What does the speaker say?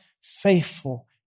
faithful